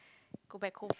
go back home